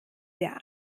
der